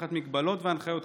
תחת מגבלות והנחיות,